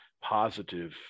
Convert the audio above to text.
positive